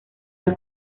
del